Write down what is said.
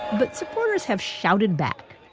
but supporters have shouted back.